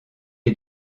est